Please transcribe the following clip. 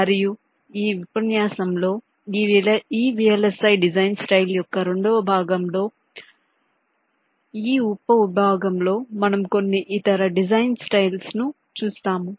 మరియు ఈ ఉపన్యాసంలో ఈ VLSI డిజైన్ స్టైల్ యొక్క రెండవ భాగం లో కాబట్టి ఈ ఉపవిభాగం లో మనము కొన్ని ఇతర డిజైన్ స్టైల్స్ ను చూస్తాము